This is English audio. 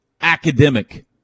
academic